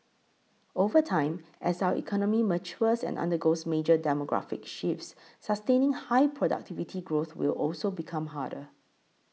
over time as our economy matures and undergoes major demographic shifts sustaining high productivity growth will also become harder